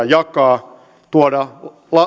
jakaa tuoda